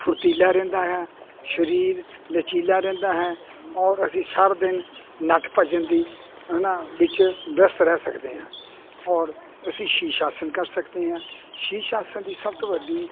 ਫੁਰਤੀਲਾ ਰਹਿੰਦਾ ਆ ਸਰੀਰ ਲਚੀਲਾ ਰਹਿੰਦਾ ਹੈ ਔਰ ਅਸੀਂ ਸਾਰੇ ਦਿਨ ਨੱਠ ਭੱਜਨ ਦੀ ਹਨਾ ਵਿੱਚ ਵਿਅਸਤ ਰਹਿ ਸਕਦੇ ਹਾਂ ਔਰ ਅਸੀਂ ਸ਼ੀਸ਼ ਆਸਣ ਕਰ ਸਕਦੇ ਹਾਂ ਸ਼ੀਸ਼ ਆਸਣ ਦੀ ਸਭ ਤੋਂ ਵੱਡੀ